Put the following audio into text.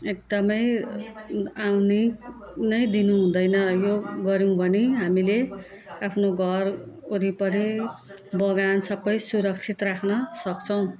एकदमै आउन नै दिनु हुँदैन यो गर्यौँ भने हामीले आफ्नो घर वरिपरि बगान सबै सुरक्षित राख्न सक्छौँ